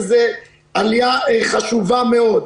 וזה נושא חשוב מאוד.